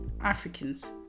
Africans